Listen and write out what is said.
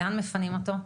לאן מפנים אותו?